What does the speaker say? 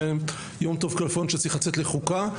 למעט יום טוב כלפון שצריך ללכת לחוקה,